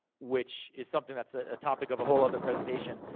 which is something, that's ah a topic of a whole other presentation.